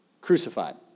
crucified